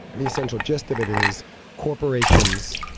the essential gist of it is corporations